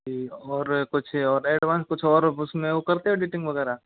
जी और कुछ और एडवांस कुछ और उसमें वो करते हो एडिटिंग वगैरह